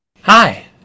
Hi